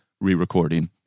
re-recording